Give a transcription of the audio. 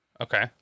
Okay